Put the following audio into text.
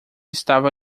estava